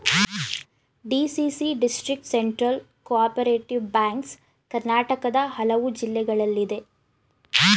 DCC district central cooperative banks ಕರ್ನಾಟಕದ ಹಲವು ಜಿಲ್ಲೆಗಳಲ್ಲಿದೆ